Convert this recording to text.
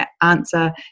answer